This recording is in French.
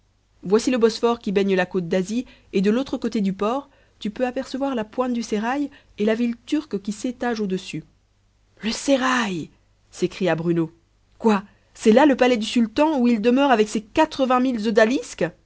voici le bosphore qui baigne la côte d'asie et de l'autre côté du port tu peux apercevoir la pointe du sérail et la ville turque qui s'étage au-dessus le sérail s'écria bruno quoi c'est là le palais du sultan où il demeure avec ses